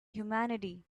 humanity